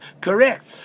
Correct